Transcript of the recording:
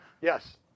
Yes